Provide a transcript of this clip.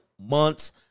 months